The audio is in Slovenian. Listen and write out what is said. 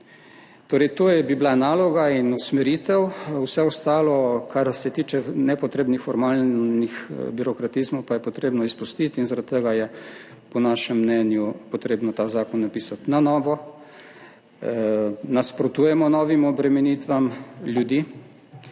To bi bila torej naloga in usmeritev. Vse ostalo, kar se tiče nepotrebnih formalnih birokratizmov, pa je potrebno izpustiti. In zaradi tega je po našem mnenju potrebno ta zakon napisati na novo. Nasprotujemo novim obremenitvam ljudi,